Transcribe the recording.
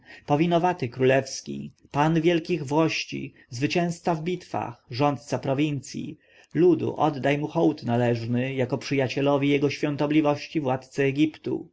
sargon powinowaty królewski pan wielkich włości zwycięzca w bitwach rządca prowincji ludu oddaj mu hołd należny jako przyjacielowi jego świątobliwości władcy egiptu